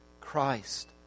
Christ